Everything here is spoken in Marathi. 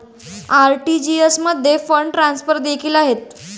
आर.टी.जी.एस मध्ये फंड ट्रान्सफर देखील आहेत